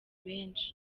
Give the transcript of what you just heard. benshi